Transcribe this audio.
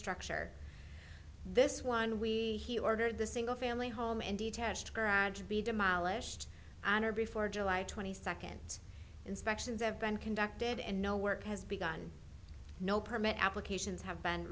structure this one we ordered the single family home in detached garage be demolished an hour before july twenty second inspections have been conducted and no work has begun no permit applications have been